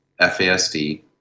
FASD